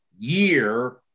year